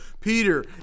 Peter